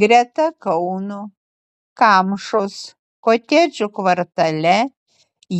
greta kauno kamšos kotedžų kvartale